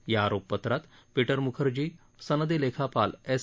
या आरोपपत्रात पीटर मुखर्जी सनदी लेखापाल एस